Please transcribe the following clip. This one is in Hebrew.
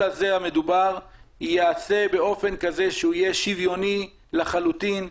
הזה המדובר ייעשה באופן כזה שהוא יהיה שוויוני לחלוטין,